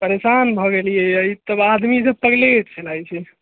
परेशान भए गेलियैए ई तऽ आदमी सब पगलेट छै लागै छै